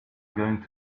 going